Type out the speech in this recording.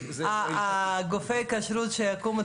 גופי הכשרות שיקומו,